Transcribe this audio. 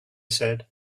said